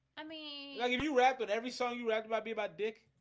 i mean like if you rap but every song you record might be about dick